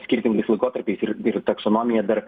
skirtingais laikotarpiais ir ir taksonomija dar